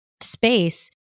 space